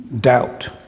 doubt